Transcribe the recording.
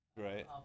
Right